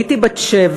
הייתי בת שבע,